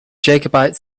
jacobite